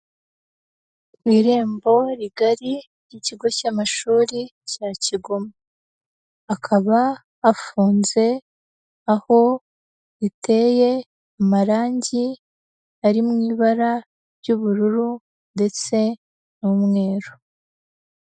Mu irembo rigari ry'ikigo cy'amashuri cya Kigoma, akaba hafunze aho riteye amarangi ari mu ibara ry'ubururu ndetse n'umweru.